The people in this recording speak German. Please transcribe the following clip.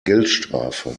geldstrafe